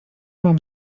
mam